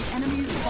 enemies